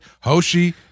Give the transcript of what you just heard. Hoshi